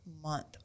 month